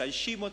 משלשים אותה,